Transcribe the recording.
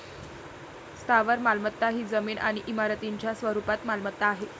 स्थावर मालमत्ता ही जमीन आणि इमारतींच्या स्वरूपात मालमत्ता आहे